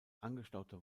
angestaute